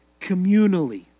communally